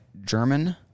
German